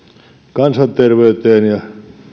kansanterveyteen ja